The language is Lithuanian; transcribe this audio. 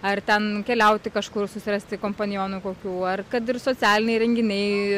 ar ten keliauti kažkur susirasti kompanionų kokių ar kad ir socialiniai renginiai